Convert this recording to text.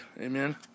Amen